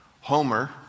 Homer